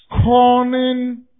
scorning